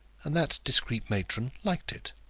and that discreet matron liked it.